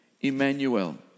Emmanuel